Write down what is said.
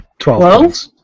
Twelve